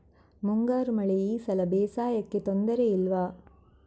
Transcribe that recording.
ಮುಂಗಾರು ಮಳೆ ಈ ಸಲ ಬೇಸಾಯಕ್ಕೆ ತೊಂದರೆ ಇಲ್ವ?